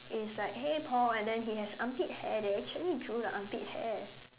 it's like hey Paul and then he has armpit hair they actually drew the armpit hair